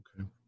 Okay